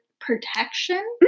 protection